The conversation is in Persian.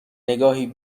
نگاهی